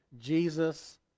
Jesus